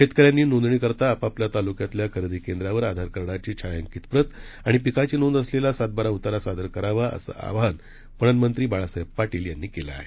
शेतकऱ्यांनी नोंदणीकरिता आपआपल्या तालुक्यातील खरेदी केंद्रावर आधारकार्डाची छायांकित प्रत आणि पिकाची नोंद असलेला सातबारा उतारा सादर करावा असं आवाहन पणन मंत्री बाळासाहेब पाटील यांनी केलं आहे